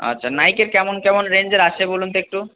আচ্ছা নাইকের কেমন কেমন রেঞ্জের আছে বলুন তো একটু